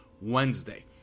Wednesday